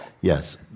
Yes